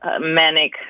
manic